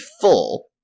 full